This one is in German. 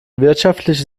wirtschaftliche